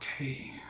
Okay